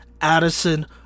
Addison